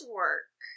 work